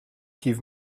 give